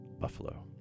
Buffalo